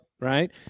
right